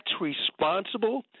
responsible